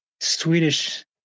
Swedish